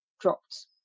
dropped